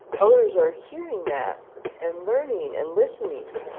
others are hearing that and learning and listening.